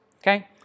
Okay